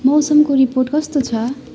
मौसमको रिपोर्ट कस्तो छ